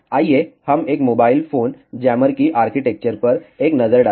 आइए हम एक मोबाइल फोन जैमर की आर्किटेक्चर पर एक नजर डालें